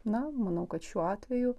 na manau kad šiuo atveju